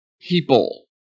people